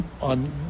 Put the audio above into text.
On